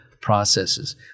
processes